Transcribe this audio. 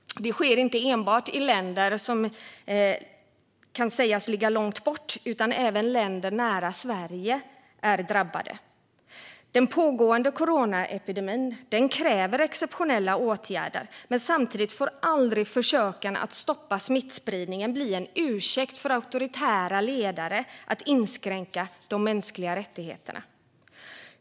Det sker inte enbart i länder som kan sägas ligga långt bort, utan även länder nära Sverige är drabbade. Den pågående coronapandemin kräver exceptionella åtgärder. Samtidigt får aldrig försöken att stoppa smittspridningen bli en ursäkt för auktoritära ledare att inskränka de mänskliga rättigheterna.